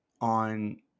on